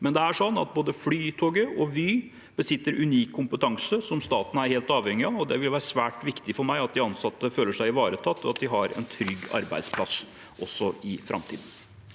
Men både Flytoget og Vy besitter unik kompetanse som staten er helt avhengig av, og det vil være svært viktig for meg at de ansatte føler seg ivaretatt, og at de har en trygg arbeidsplass også i framtiden.